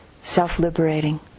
self-liberating